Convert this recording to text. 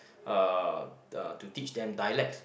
uh to teach them dialects